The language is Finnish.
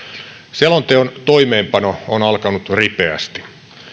selonteon toimeenpano on alkanut ripeästi